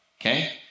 okay